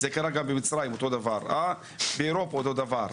זה קרה במצרים, באירופה אותו דבר.